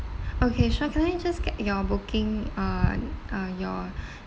okay sure can I just get your booking uh uh your